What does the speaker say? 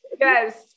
Yes